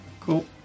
Cool